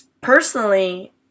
personally